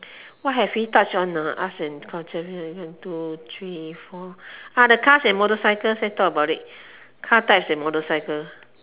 what have we touch on ah arts and culture one two three four ah the cars and motorcycles let's talk about it car types and motorcycle